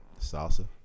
Salsa